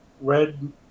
red